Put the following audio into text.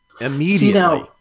immediately